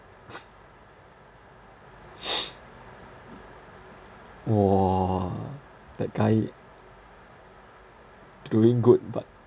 !wah! that guy doing good but